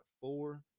four